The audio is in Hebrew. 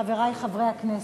חברי חברי הכנסת,